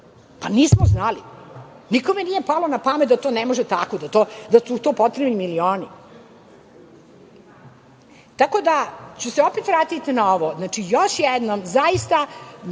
Nismo znali. Nikome nije palo napamet da to ne može tako, da su to potrebni milioni. Opet ću se vratiti na ovo. Znači, još jednom, zaista,